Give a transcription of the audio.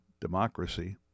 democracy